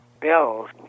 bills